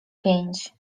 pięć